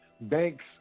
Banks